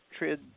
trid